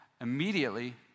immediately